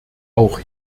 auch